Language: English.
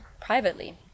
privately